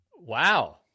Wow